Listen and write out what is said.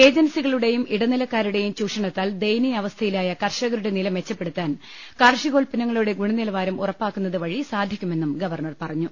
ഏജൻസികളുടെയും ഇടനിലക്കാരുടെയും ചൂഷണത്താൽ ദയനീയ അവസ്ഥയിലായ കർഷകരുടെ നില മെച്ചപ്പെടുത്താൻ കാർഷികോത്പന്നങ്ങളുടെ ഗുണനിലവാരം ഉറപ്പാക്കുന്നതുവഴി സാധിക്കുമെന്നും ഗവർണർ പറഞ്ഞു